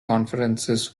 conferences